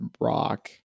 rock